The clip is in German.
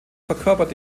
verkörpert